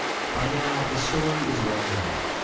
by now, the story is well known.